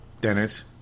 Dennis